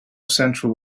central